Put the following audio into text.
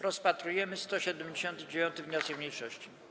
Rozpatrujemy 179. wniosek mniejszości.